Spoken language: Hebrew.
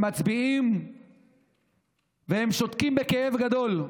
הם מצביעים והם שותקים בכאב גדול.